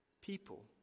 People